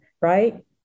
right